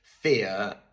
fear